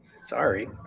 sorry